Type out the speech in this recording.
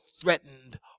threatened